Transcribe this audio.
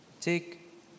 take